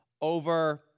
over